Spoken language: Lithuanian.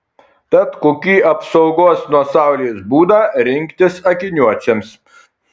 tad kokį apsaugos nuo saulės būdą rinktis akiniuočiams